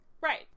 Right